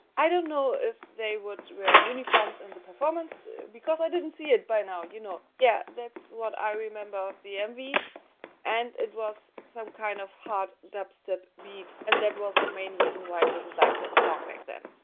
i don't know if they would wear uniforms in and the performance because i didn't see it by now, you know. yeah, that's what i remember of the mv and it was some kind of hard dubstep beat and that was the main reason why i didn't like that song back then.